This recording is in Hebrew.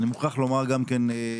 אני מוכרח לומר גם שתמר,